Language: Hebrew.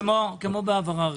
כמו בהעברה רגילה.